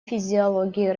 физиологии